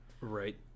Right